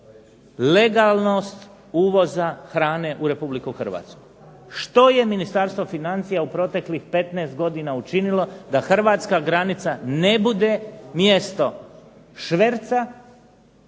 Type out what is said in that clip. legalnost uvoza hrane u Republiku Hrvatsku? Što je Ministarstvo financija u proteklih 15 godina učinilo da hrvatska granica ne bude mjesto šverca,